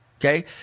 Okay